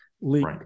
leak